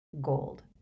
gold